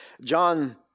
John